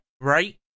right